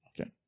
Okay